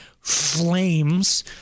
flames